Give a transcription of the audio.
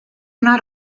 una